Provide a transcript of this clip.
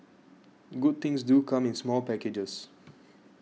good things do come in small packages